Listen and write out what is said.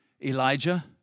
Elijah